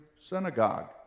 synagogue